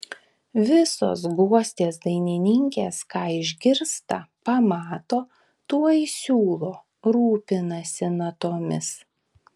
visos guostės dainininkės ką išgirsta pamato tuoj siūlo rūpinasi natomis